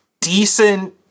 decent